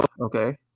okay